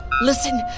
listen